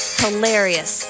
hilarious